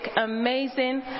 amazing